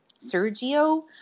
Sergio